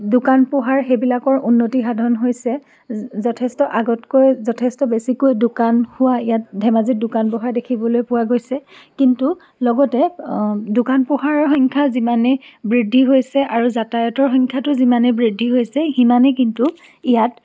দোকান পোহাৰ সেইবিলাকৰ উন্নতি সাধন হৈছে যথেষ্ট আগতকৈ যথেষ্ট বেছিকৈ দোকান হোৱা ইয়াত ধেমাজিত দোকান বহা দেখিবলৈ পোৱা গৈছে কিন্তু লগতে দোকান পোহাৰৰ সংখ্যা যিমানে বৃদ্ধি হৈছে আৰু যাতায়তৰ সংখ্যাটো যিমানে বৃদ্ধি হৈছে সিমানে কিন্তু ইয়াত